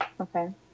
okay